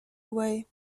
away